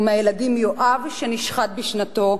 והילדים, יואב שנשחט בשנתו,